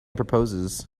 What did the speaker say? proposes